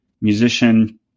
musician